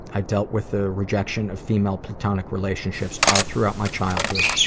i dealt with the rejection of female platonic relationships all throughout my childhood,